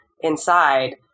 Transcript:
inside